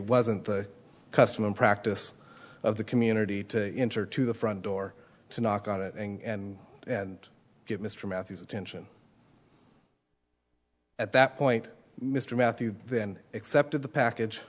wasn't the custom and practice of the community to enter to the front door to knock on it and and give mr mathews attention at that point mr matthews then accepted the package